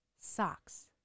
Socks